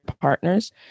partners